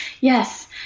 Yes